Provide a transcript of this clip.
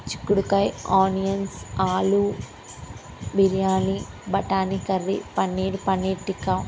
చిక్కుడుకాయ ఆనియన్స్ ఆలు బిర్యానీ బఠానీ కర్రీ పన్నీర్ పన్నీర్ టిక్కా